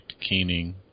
Keening